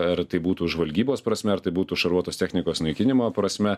ar tai būtų žvalgybos prasme ar tai būtų šarvuotos technikos naikinimo prasme